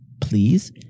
please